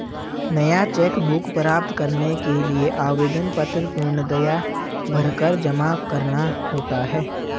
नया cheque book प्राप्त करने के लिए आवेदन पत्र पूर्णतया भरकर जमा करना होता है